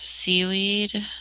seaweed